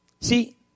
See